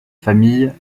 famille